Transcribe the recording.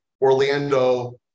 Orlando